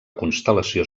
constel·lació